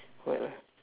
what ah